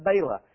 Bala